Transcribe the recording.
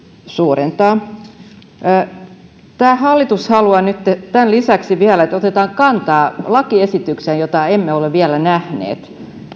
parantaa hallitus haluaa nyt tämän lisäksi vielä että otetaan kantaa lakiesitykseen jota emme ole vielä nähneet